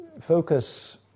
focus